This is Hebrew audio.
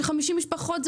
אני